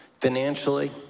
financially